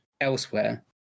elsewhere